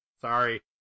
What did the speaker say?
Sorry